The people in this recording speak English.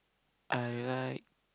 I like